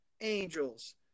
angels